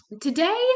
Today